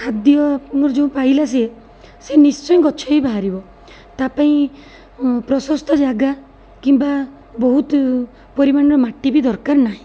ଖାଦ୍ୟ ଆମର ଯେଉଁ ପାଇଲା ସିଏ ସେ ନିଶ୍ଚୟ ଗଛ ହେଇ ବାହାରିବ ତା'ପାଇଁ ପ୍ରଶସ୍ତ ଜାଗା କିମ୍ବା ବହୁତ ପରିମାଣର ମାଟି ବି ଦରକାର ନାହିଁ